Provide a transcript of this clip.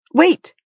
Wait